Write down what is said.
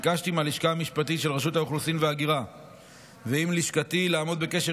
ביקשתי מהלשכה המשפטית של רשות האוכלוסין וההגירה ומלשכתי לעמוד בקשר